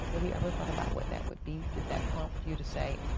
have you ever thought about what that would be? did that prompt you to say?